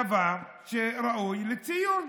היא דבר שראוי לציון,